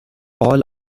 all